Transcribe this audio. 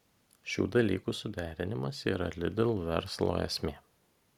šių dalykų suderinimas yra lidl verslo esmė